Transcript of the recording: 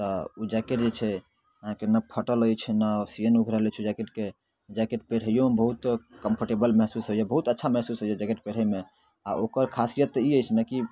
तऽ ओ जैकेट जे छै अहाँके नहि फटल अछि नहि सिआनि उघड़ल अछि ओ जैकेटके जैकेट पहिरैओमे बहुत कम्फर्टेबल महसूस होइए बहुत अच्छा महसूस होइए जैकेट पहिरैमे आओर ओकर खासियत ई अछि ने कि